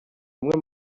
umwe